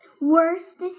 worst